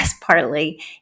partly